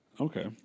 Okay